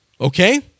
okay